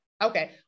Okay